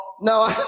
No